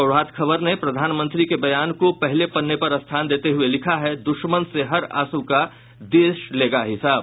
प्रभात खबर ने प्रधानमंत्री के बयान को पहले पन्ने पर स्थान देते हुये लिखा है दुश्मन से हर आंसु का देश लेगा हिसाब